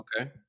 Okay